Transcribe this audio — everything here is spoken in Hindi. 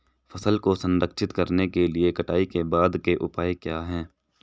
फसल को संरक्षित करने के लिए कटाई के बाद के उपाय क्या हैं?